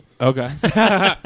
okay